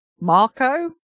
marco